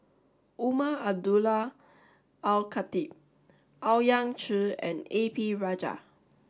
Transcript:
Umar Abdullah Al Khatib Owyang Chi and A P Rajah